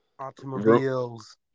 Automobiles